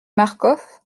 marcof